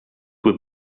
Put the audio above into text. will